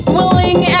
willing